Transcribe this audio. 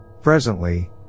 Presently